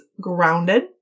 grounded